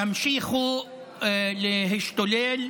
תמשיכו להשתולל.